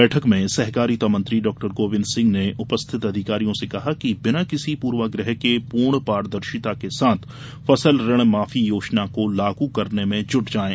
बैठक में सहकारिता मंत्री डॉक्टर गोविंद सिंह ने उपस्थित अधिकारियों से कहा कि बिना किसी पूर्वाग्रह के पूर्ण पारदर्शिता के साथ फसल ऋण माफी योजना को लागू करने में जुट जायें